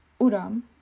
Uram